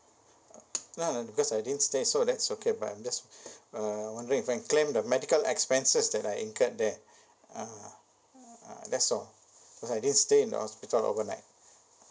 ya because I didn't stay so that's okay but I'm just uh wondering if can claim the medical expenses that I incurred there ah ah that's all because I didn't stay in the hospital overnight